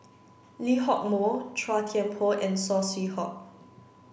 Lee Hock Moh Chua Thian Poh and Saw Swee Hock